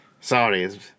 sorry